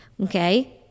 Okay